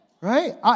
Right